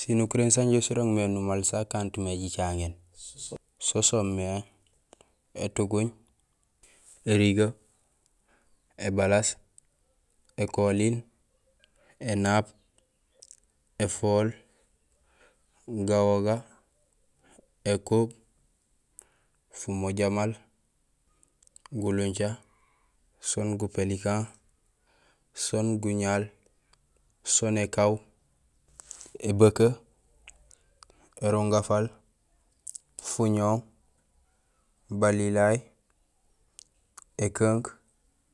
Sinukuréén sanja sirooŋ mé numaal sa kantmé jicaŋéén so soomé: érigee, ébalaas, ékoling, étuguuñ, énaab, éfool, gawoga, ékuub, fumoja maal, gulunca, soon gupélikan, soon guñaal, soon ékaaw, ébekee, érunga faal, fuñooŋ, balilay, ékuunk.